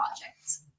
projects